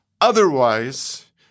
otherwise